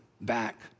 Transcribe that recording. back